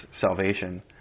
salvation